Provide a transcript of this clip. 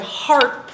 heart